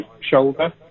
shoulder